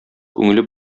күңеле